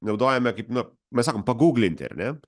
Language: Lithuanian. naudojame kaip nu mes sakom pagūglinti ar ne